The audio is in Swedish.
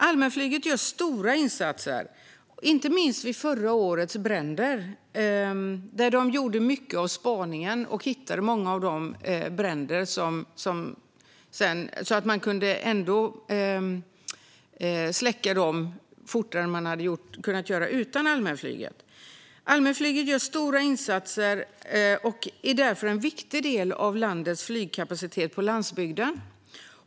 Allmänflyget gjorde inte minst stora insatser vid förra årets bränder, där man skötte mycket av spaningen och hittade många av bränderna så att dessa kunde släckas fortare än vad som hade varit möjligt utan allmänflyget. Allmänflyget gör stora insatser och är därför en viktig del av landets flygkapacitet på landsbygden.